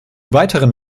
weiteren